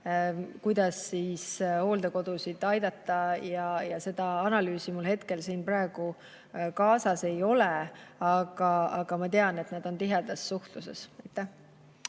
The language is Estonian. kuidas hooldekodusid aidata. Seda analüüsi mul praegu kaasas ei ole, aga ma tean, et nad on tihedas suhtluses.